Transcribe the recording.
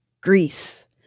Greece